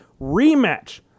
rematch